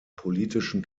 politischen